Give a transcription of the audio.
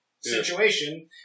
situation